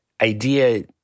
idea